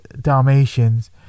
Dalmatians